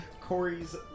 Corey's